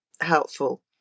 helpful